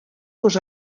dos